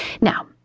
Now